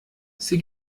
sie